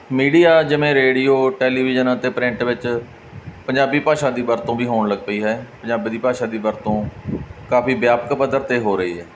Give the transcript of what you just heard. media ਜਿਵੇਂ radio television ਅਤੇ print ਵਿੱਚ ਪੰਜਾਬੀ ਭਾਸ਼ਾ ਦੀ ਵਰਤੋਂ ਵੀ ਹੋਣ ਲੱਗ ਪਈ ਹੈ ਪੰਜਾਬੀ ਦੀ ਭਾਸ਼ਾ ਦੀ ਵਰਤੋਂ ਕਾਫ਼ੀ ਵਿਆਪਕ ਪੱਧਰ 'ਤੇ ਹੋ ਰਹੀ ਹੈ